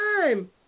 time